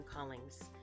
callings